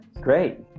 great